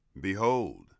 behold